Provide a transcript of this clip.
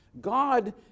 God